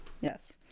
Yes